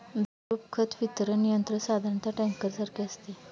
द्रवरूप खत वितरण यंत्र साधारणतः टँकरसारखे असते